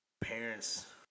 parents